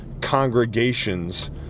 congregations